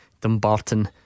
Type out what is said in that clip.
Dumbarton